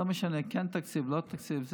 לא משנה כן תקציב, לא תקציב.